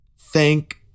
Thank